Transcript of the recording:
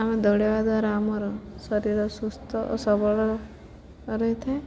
ଆମେ ଦୌଡ଼ିବା ଦ୍ୱାରା ଆମର ଶରୀର ସୁସ୍ଥ ଓ ସବଳ ରହିଥାଏ